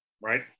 right